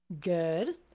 Good